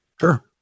Sure